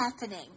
happening